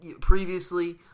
Previously